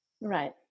Right